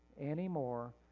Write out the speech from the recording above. anymore